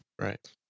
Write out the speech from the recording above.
Right